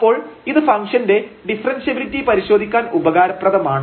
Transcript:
അപ്പോൾ ഇത് ഫംഗ്ഷന്റെ ഡിഫറെൻഷ്യബിലിറ്റി പരിശോധിക്കാൻ ഉപകാരപ്രദമാണ്